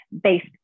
based